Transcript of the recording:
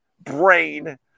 brain